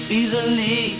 easily